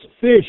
fish